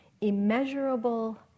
immeasurable